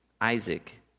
Isaac